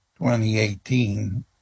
2018